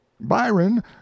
Byron